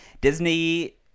Disney